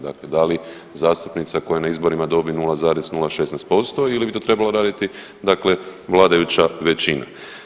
Dakle, da li zastupnica koja na izborima dobi 0,16% ili bi to trebala raditi dakle vladajuća većina.